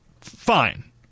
fine